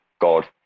God